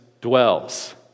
dwells